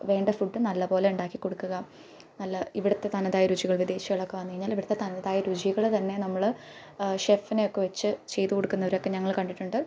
വേണ്ട ഫുഡ് നല്ലതു പോലെ ഉണ്ടാക്കി കൊടുക്കുക നല്ല ഇവിടുത്തെ തനതായ രുചികൾ വിദേശികളൊക്കെ വന്നേഞ്ഞാൽ ഇവിടുത്തെ തനതായ രുചികൾ തന്നെ നമ്മൾ ഷെഫിനെയൊക്കെ വെച്ചു ചെയ്തു കൊടുക്കുന്നവരെയൊക്കെ ഞങ്ങൾ കണ്ടിട്ടുണ്ട്